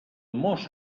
mos